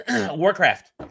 Warcraft